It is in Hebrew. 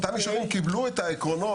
אותם יישובים קיבלו את העקרונות,